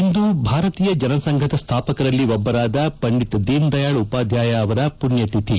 ಇಂದು ಭಾರತೀಯ ಜನಸಂಘದ ಸ್ವಾಪಕರಲ್ಲಿ ಒಬ್ಬರಾದ ಪಂಡಿತ್ ದೀನ್ ದಯಾಳ್ ಉಪಾಧ್ವಾಯ ಅವರ ಪುಣ್ಯತಿಥಿ